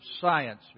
science